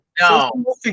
No